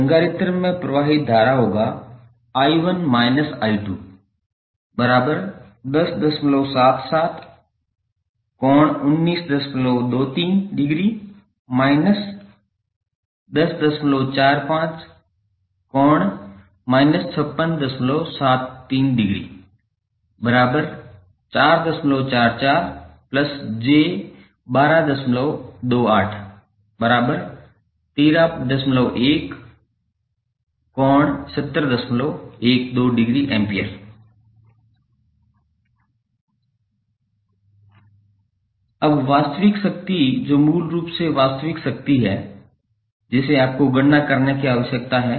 संधारित्र में प्रवाहित धारा होगा I1 − I2 1077∠1923◦ − 1045∠−5673◦ 444j1228 131∠7012◦ A अब स्रोत शक्ति जो मूल रूप से वास्तविक शक्ति है जिसे आपको गणना करने की आवश्यकता है